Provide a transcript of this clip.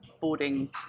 boarding